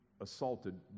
assaulted